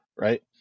right